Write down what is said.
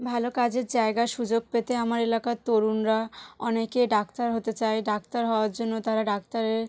ভালো কাজের জায়গায় সুযোগ পেতে আমার এলাকার তরুণরা অনেকে ডাক্তার হতে চায় ডাক্তার হওয়ার জন্য তারা ডাক্তারের